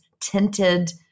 tinted